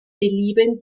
belieben